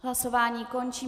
Hlasování končím.